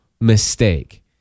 mistake